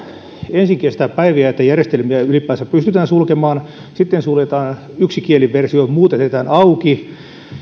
ensin kestää päiviä että järjestelmiä ylipäänsä pystytään sulkemaan sitten suljetaan yksi kieliversio muut jätetään auki